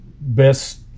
best